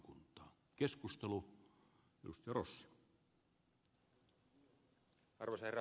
arvoisa herra puhemies